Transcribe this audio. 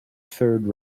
third